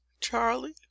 Charlie